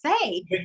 say